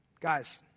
Guys